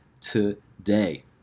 today